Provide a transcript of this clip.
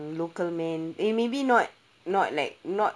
local men eh maybe not not like not